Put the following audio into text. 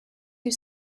you